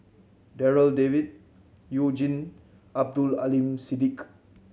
Darryl David You Jin Abdul Aleem Siddique